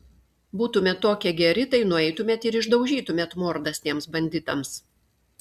būtumėt tokie geri tai nueitumėt ir išdaužytumėt mordas tiems banditams